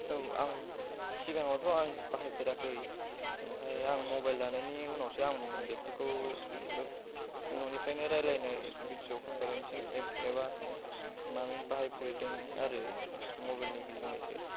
औ आं सिगाङावथ' आं बाहायफेराखै ओमफाय आं मबाइल लानायनि उनावसो आं बेफोरखौ न'निफ्रायनो रायज्लायनो भिडिय' कन्फारेन्सिं एप एबा मामिन बाहायफेरदों आरो मबाइलनि जुनैसो